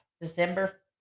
December